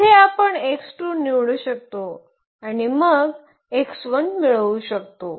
येथे आपण निवडू शकतो आणि मग मिळवू शकतो